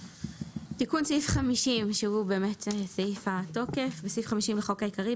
תיקון סעיף 5030.בסעיף 50 לחוק העיקרי,